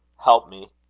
help me!